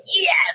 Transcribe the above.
yes